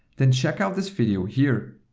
then checkout this video here.